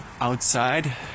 outside